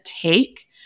take